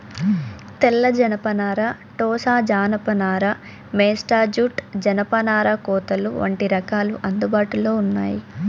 తెల్ల జనపనార, టోసా జానప నార, మేస్టా జూట్, జనపనార కోతలు వంటి రకాలు అందుబాటులో ఉన్నాయి